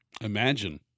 Imagine